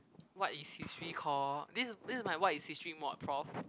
what is history call this is this is my what is history mode approved